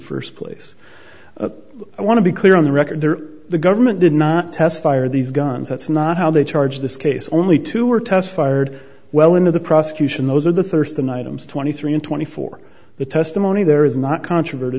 first place i want to be clear on the record there the government did not test fire these guns that's not how they charge this case only two or test fired well into the prosecution those are the thurston items twenty three and twenty four the testimony there is not controver